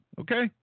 okay